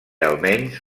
almenys